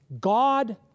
God